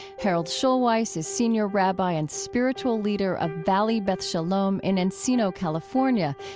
harold schulweis is senior rabbi and spiritual leader of valley beth shalom in encino, california,